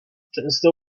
często